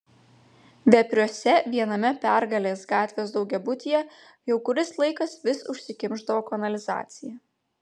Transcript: vepriuose viename pergalės gatvės daugiabutyje jau kuris laikas vis užsikimšdavo kanalizacija